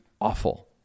awful